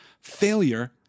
failure